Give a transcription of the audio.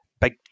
big